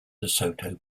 desoto